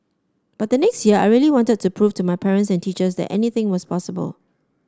but the next year I really wanted to prove to my parents and teachers that anything was possible